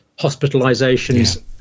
hospitalizations